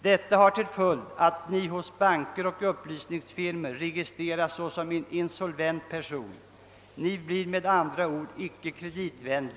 Detta har till följd att Ni hos banker och upplysningsfirmor registreras såsom en insolvent person. Ni blir med andra ord icke kreditvärdig.